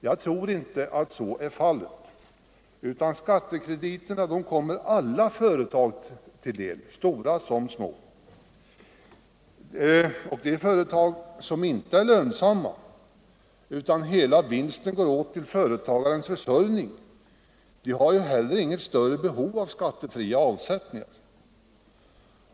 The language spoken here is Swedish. Jag tror inte att så är fallet, utan skattekrediterna kommer alla företag till del, stora som små. Och de företag som inte är lönsamma, utan där hela vinsten går åt till företagarens försörjning, har ju heller inget större behov av skattefria avsättningar.